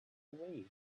wii